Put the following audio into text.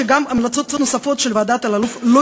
גם המלצות נוספות של ועדת אלאלוף לא